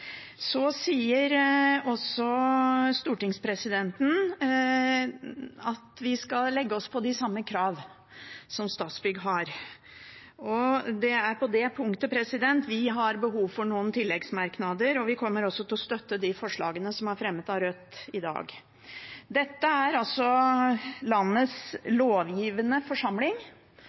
Så sier også stortingspresidenten at vi skal stille de samme kravene som Statsbygg stiller. Det er på det punktet vi har behov for å komme med noen tilleggsmerknader. Vi kommer også til å støtte de forslagene som er fremmet av Rødt i dag. Dette er altså landets lovgivende forsamling.